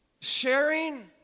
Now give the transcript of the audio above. sharing